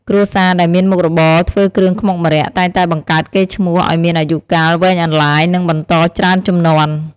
គ្រួសារដែលមានមុខរបរធ្វើគ្រឿងខ្មុកម្រ័ក្សណ៍តែងតែបង្កើតកេរ្តិ៍ឈ្មោះឱ្យមានអាយុកាលវែងអន្លាយ និងបន្តច្រើនជំនាន់។